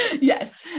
Yes